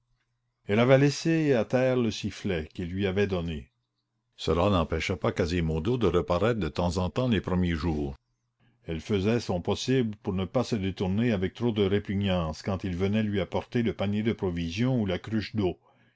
elle avait laissé à terre le sifflet qu'il lui avait donné cela n'empêcha pas quasimodo de reparaître de temps en temps les premiers jours elle faisait son possible pour ne pas se détourner avec trop de répugnance quand il venait lui apporter le panier de provisions ou la cruche d'eau